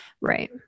right